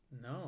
No